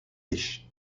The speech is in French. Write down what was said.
riche